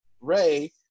Ray